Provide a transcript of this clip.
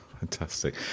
Fantastic